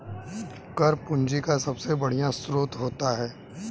कर पूंजी का सबसे बढ़िया स्रोत होता है